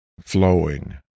flowing